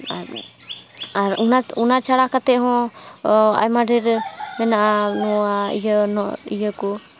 ᱟᱨ ᱟᱨ ᱚᱱᱟ ᱚᱱᱟ ᱪᱷᱟᱲ ᱠᱟᱛᱮ ᱦᱚᱸ ᱟᱭᱢᱟ ᱰᱷᱮᱹᱨ ᱢᱮᱱᱟᱜᱼᱟ ᱱᱚᱣᱟ ᱤᱭᱟᱹ ᱤᱭᱟᱹ ᱠᱚ